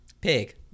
pig